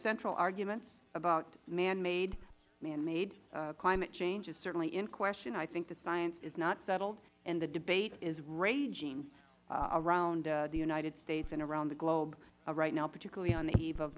central argument about manmade manmade climate change is certainly in question i think the science is not settled and the debate is raging around the united states and around the globe right now particularly on the eve of